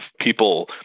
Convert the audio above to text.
people